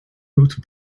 route